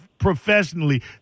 professionally